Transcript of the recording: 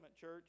church